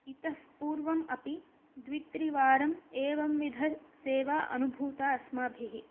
इतः पूर्वम् अपि द्वित्रिवारम् एवं विधसेवा अनुभूता अस्माभिः